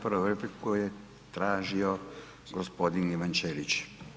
Prvu repliku je tražio gospodin Ivan Ćelić.